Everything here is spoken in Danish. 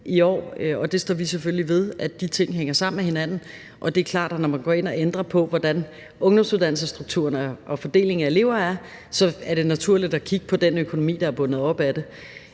i år, og det står vi selvfølgelig ved. De ting hænger sammen med hinanden, og det er klart, at når man går ind og ændrer på, hvordan ungdomsuddannelsesstrukturerne og fordelingen af elever er, er det naturligt at kigge på den økonomi, det er bundet op på.